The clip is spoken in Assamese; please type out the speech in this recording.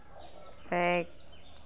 এক